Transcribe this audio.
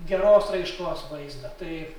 geros raiškos vaizdą tai